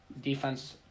Defense